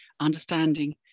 understanding